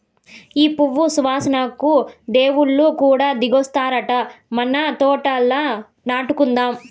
ఈ పువ్వు సువాసనకు దేవుళ్ళు కూడా దిగొత్తారట మన తోటల నాటుదాం